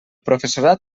professorat